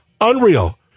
Unreal